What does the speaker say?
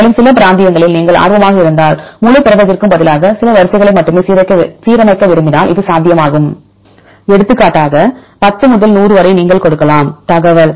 மேலும் சில பிராந்தியங்களில் நீங்கள் ஆர்வமாக இருந்தால் முழு புரதத்திற்கும் பதிலாக சில வரிசைகளை மட்டுமே சீரமைக்க விரும்பினால் இது சாத்தியமாகும் எடுத்துக்காட்டாக 10 முதல் 100 வரை நீங்கள் கொடுக்கலாம் தகவல்